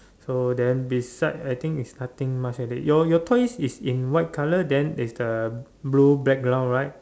so then beside I think is cutting much have it your your toys is in white colour then is the blue background right